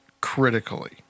critically